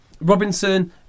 Robinson